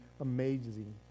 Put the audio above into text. amazing